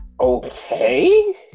okay